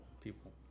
people